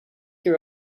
your